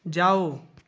जाओ